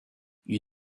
you